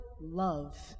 love